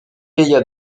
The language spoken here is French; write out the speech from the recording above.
paya